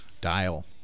Dial